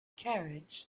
carriage